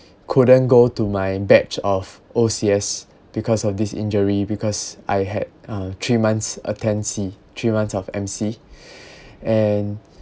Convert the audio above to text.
couldn't go to my batch of O_C_S because of this injury because I had uh three months attend C three months of M_C and